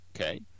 Okay